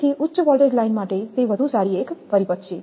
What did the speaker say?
તેથી ઉચ્ચ voltage line તે વધુ સારી એક પરિપથ છે